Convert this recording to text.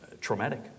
traumatic